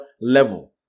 level